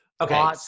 Okay